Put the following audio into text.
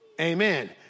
Amen